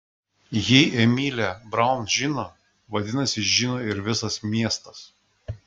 jei emilė braun žino vadinasi žino ir visas miestas